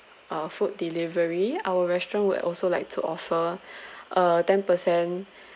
uh food delivery our restaurant would also like to offer uh ten percent